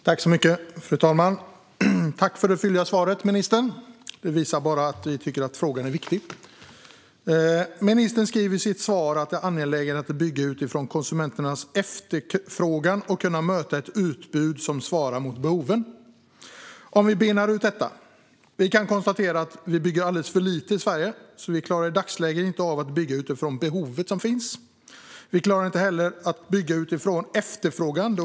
Fru talman! Tack, ministern, för det fylliga svaret! Det visar att vi tycker att frågan är viktig. Ministern säger i sitt svar att det är angeläget att bygga utifrån konsumenternas efterfrågan och kunna möta ett utbud som svarar mot behoven. Låt oss bena ut detta! Vi kan konstatera att det i dagsläget byggs alldeles för lite i Sverige, då vi inte klarar av att bygga utifrån det behov som finns. Vi klarar inte heller av att bygga utifrån efterfrågan.